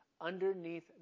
underneath